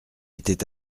était